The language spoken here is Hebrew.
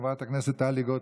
חברת הכנסת טלי גוטליב.